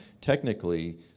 Technically